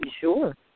Sure